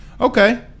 Okay